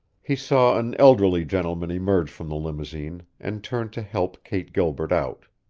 he saw an elderly gentleman emerge from the limousine and turn to help kate gilbert out.